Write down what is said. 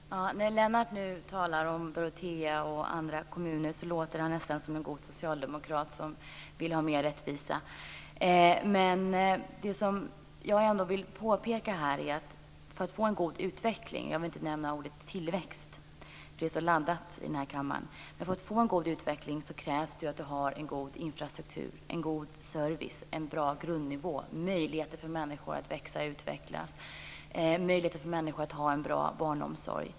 Fru talman! När Lennart Hedquist talar om Dorotea och andra kommuner låter han nästan som en god socialdemokrat som vill ha mer rättvisa. Jag vill ändå påpeka att för att få en god utveckling - jag använder inte ordet tillväxt därför att det är så laddat i denna kammare - krävs det en god infrastruktur, en god service, en bra grundnivå, möjligheter för människor att växa och utvecklas och möjligheter för människor att ha en bra barnomsorg.